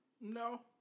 No